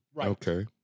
Okay